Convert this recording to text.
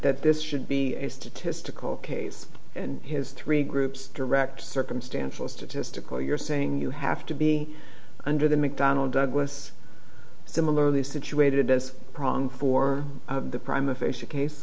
that this should be a statistical case and has three groups direct circumstantial statistical you're saying you have to be under the mcdonnell douglas similarly situated as prong for the prime official case